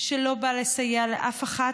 שלא בא לסייע לאף אחת,